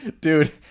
dude